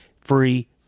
free